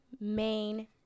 main